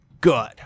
good